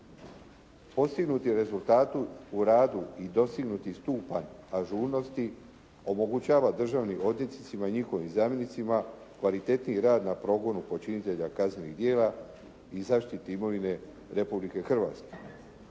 Postignuti rezultati u radu i dostignuti stupanj ažurnosti omogućava državnim odvjetnicima i njihovim zamjenicima kvalitetniji rad na progonu počinitelja kaznenih djela i zaštiti imovine Republike Hrvatske.